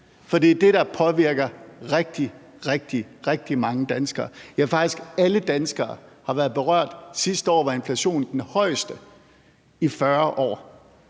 for det er det, der påvirker rigtig, rigtig mange danskere, ja, faktisk alle danskere har været berørt. Sidste år var inflationen den højeste i 40 år,